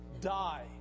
Die